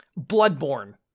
bloodborne